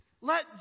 Let